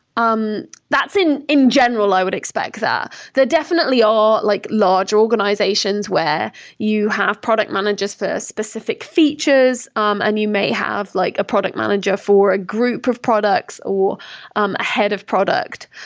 um that's in in general, i would expect. but there definitely are like large organizations where you have product managers for specific features um and you may have like a product manager for a group of products or um a head of product.